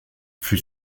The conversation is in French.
fut